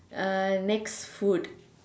uh next food